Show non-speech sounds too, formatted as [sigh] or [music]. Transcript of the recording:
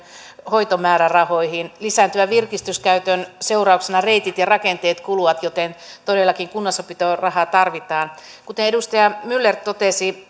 hoitomäärärahoihin lisääntyvän virkistyskäytön seurauksena reitit ja rakenteet kuluvat joten todellakin kunnossapitoon rahaa tarvitaan kuten edustaja myller totesi [unintelligible]